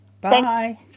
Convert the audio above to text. Bye